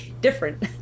different